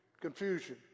confusion